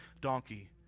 donkey